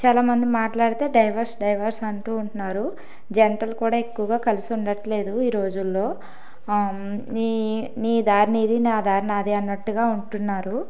చాలా మంది మాట్లాడితే డైవర్స్ డైవర్స్ అంటూ ఉంటున్నారు జంటలు కూడా ఎక్కువగా కలిసి ఉండట్లేదు ఈ రోజుల్లో నీ దారి నీది నా దారి నాది అన్నట్టుగా ఉంటున్నారు